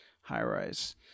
high-rise